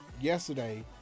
yesterday